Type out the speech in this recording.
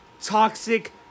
toxic